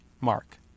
mark